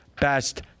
best